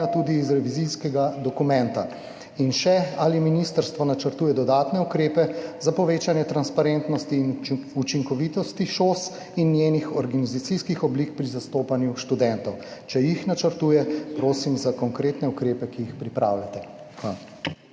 tudi iz revizijskega dokumenta? Ali ministrstvo načrtuje dodatne ukrepe za povečanje transparentnosti in učinkovitosti ŠOS in njenih organizacijskih oblik pri zastopanju študentov? Če jih načrtuje, prosim za konkretne ukrepe, ki jih pripravljate. Hvala.